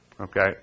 okay